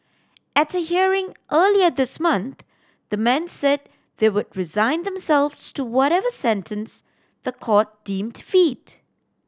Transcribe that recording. at a hearing earlier this month the men said they would resign themselves to whatever sentence the court deemed fit